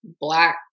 Black